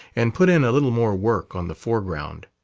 and put in a little more work on the foreground.